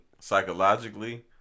psychologically